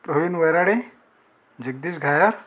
Pravin Varade Jagdish Ghaya